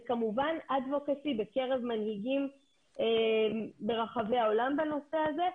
כמובן פעולה בקרב מנהיגים בנושא הזה.